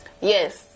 Yes